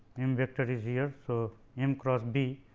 m vector is here. so, m cross b.